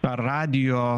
ar radijo